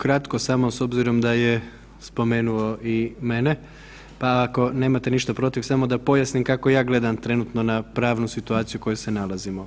Kratko samo s obzirom da je spomenuo i mene, pa ako nemate ništa protiv samo da pojasnim kako ja gledam trenutno na pravnu situaciju u kojoj se nalazimo.